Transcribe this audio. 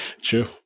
True